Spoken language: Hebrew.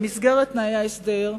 במסגרת תנאי ההסדר,